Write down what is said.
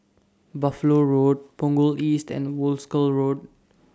Buffalo Road Punggol East and Wolskel Road